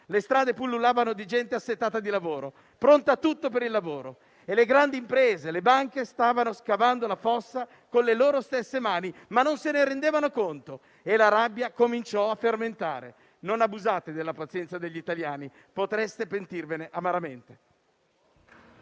«Le strade pullulavano di gente assettata di lavoro, pronta a tutto per il lavoro. E le grandi imprese e le banche stavano scavando la fossa con le loro stesse mani, ma non se ne rendevano conto. E la rabbia cominciò a fermentare». Non abusate della pazienza degli italiani; potreste pentirvene amaramente.